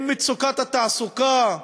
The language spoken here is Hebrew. עם מצוקת התעסוקה,